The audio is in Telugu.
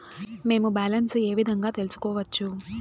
మేము బ్యాలెన్స్ ఏ విధంగా తెలుసుకోవచ్చు?